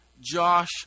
Josh